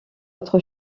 autre